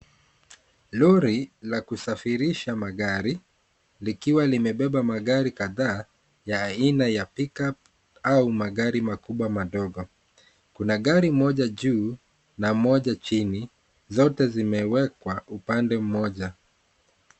Lori la kusafirisha magari likiwa limebeba magari kadhaa ya aina ya pick-up au magari makubwa madogo. Kuna gari moja juu na moja chini, zote zimewekwa upande mmoja.